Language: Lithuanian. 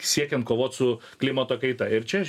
siekiant kovot su klimato kaita ir čia